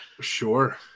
Sure